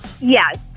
Yes